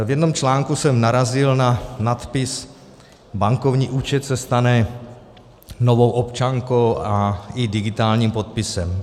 V jednom článku jsem narazil na nadpis Bankovní účet se stane novou občankou i digitálním podpisem.